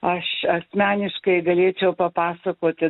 aš asmeniškai galėčiau papasakoti